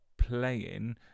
playing